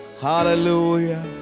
Hallelujah